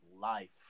life